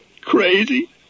crazy